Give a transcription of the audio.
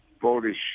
Polish